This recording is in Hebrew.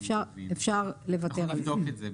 אפשר לוותר על זה.